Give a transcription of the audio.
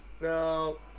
No